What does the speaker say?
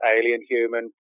alien-human